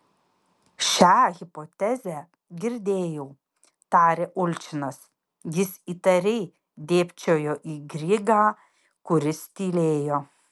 šią hipotezę girdėjau tarė ulčinas jis įtariai dėbčiojo į grygą kuris tylėjo